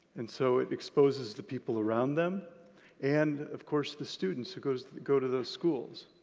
and so it exposes the people around them and of course the students who go to go to those schools.